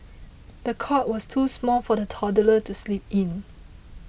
the cot was too small for the toddler to sleep in